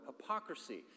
hypocrisy